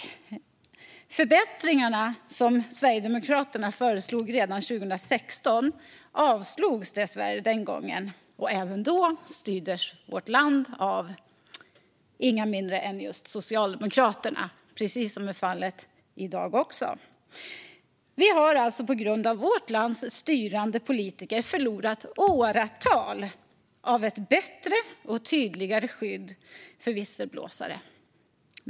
De förbättringar som Sverigedemokraterna föreslog redan 2016 avslogs dessvärre den gången, och även då styrdes vårt land av inga mindre än just Socialdemokraterna - precis som är fallet även i dag. Vi har alltså på grund av vårt lands styrande politiker förlorat åratal av ett bättre och tydligare skydd för visselblåsare.